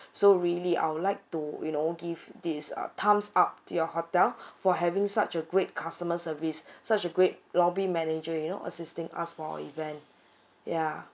so really I would like to you know give this uh thumbs up to your hotel for having such a great customer service such a great lobby manager you know assisting us for an event ya